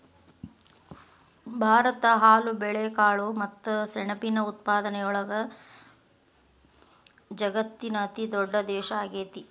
ಭಾರತ ಹಾಲು, ಬೇಳೆಕಾಳು ಮತ್ತ ಸೆಣಬಿನ ಉತ್ಪಾದನೆಯೊಳಗ ವಜಗತ್ತಿನ ಅತಿದೊಡ್ಡ ದೇಶ ಆಗೇತಿ